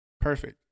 perfect